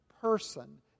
person